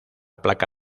placa